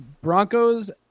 Broncos